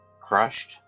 crushed